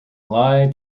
lie